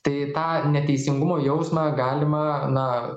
tai tą neteisingumo jausmą galima na